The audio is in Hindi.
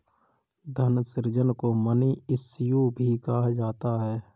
धन सृजन को मनी इश्यू भी कहा जाता है